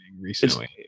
recently